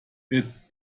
it’s